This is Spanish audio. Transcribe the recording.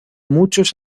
muchos